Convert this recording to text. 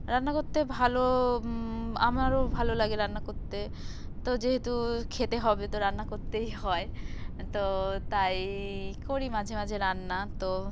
রান্না করতে ভালো আমারও ভালো লাগে রান্না করতে তো যেহেতু খেতে হবে তো রান্না করতেই হয় তো তাই করি মাঝে মাঝে রান্না তো